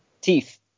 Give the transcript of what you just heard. Teeth